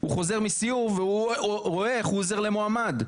הוא חוזר מסיור והוא רואה איך הוא עוזר למועמד.